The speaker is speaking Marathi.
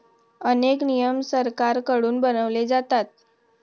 अनेक नियम सरकारकडून बनवले जातात